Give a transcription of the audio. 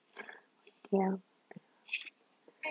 ya